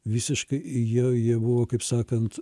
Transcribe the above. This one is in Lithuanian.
visiškai jau jie buvo kaip sakant